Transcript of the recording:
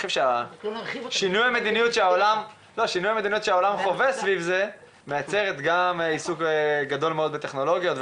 שינוי המדיניות שהעולם חווה סביב זה מייצרת גם עיסוק גדול בטכנולוגיה.